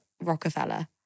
Rockefeller